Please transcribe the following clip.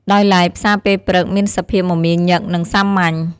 ដោយឡែកផ្សារពេលព្រឹកមានសភាពមមាញឹក និងសាមញ្ញ។